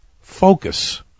Focus